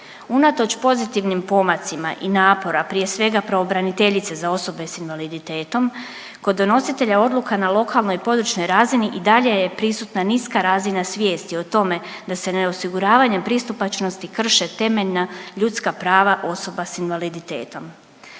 Unatoč pozitivnim pomacima i napora prije svega pravobraniteljice za osobe s invaliditetom kod donositelja odluka na lokalnoj i područnoj razini i dalje je prisutna niska razina svijesti o tome da se neosiguravanjem pristupačnosti krše temeljna ljudska prava osoba s invaliditetom.